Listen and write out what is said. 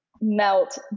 melt